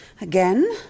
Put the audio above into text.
Again